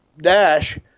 Dash